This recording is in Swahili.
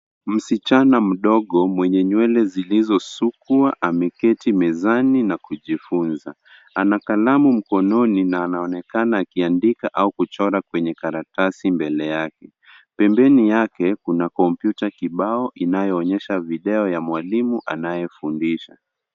Msichana mdogo mwenye nywele zilizo sukwa ameketi mezani na kujifunza. Anakalamu mkononi na anaonekana aki andika au kuchora kwenye karatasi mbele yake. Pembeni yake kuna kompyuta kibao inayo onyesha video ya mwalinu anaye fundisha.